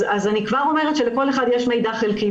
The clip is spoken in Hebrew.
אז אני כבר אומרת שלכל אחד יש מידע חלקי.